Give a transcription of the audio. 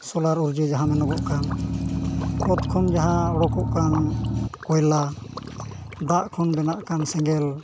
solar ᱩᱨᱡᱟᱹ ᱡᱟᱦᱟᱸ ᱢᱮᱱᱚᱜᱚ ᱠᱟᱱ ᱚᱛ ᱠᱷᱚᱱ ᱡᱟᱦᱟᱸ ᱚᱰᱳᱠᱚᱜ ᱠᱟᱱ ᱠᱚᱭᱞᱟ ᱫᱟᱜ ᱠᱷᱚᱱ ᱵᱮᱱᱟᱜ ᱠᱟᱱ ᱥᱮᱸᱜᱮᱞ